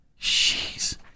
Jeez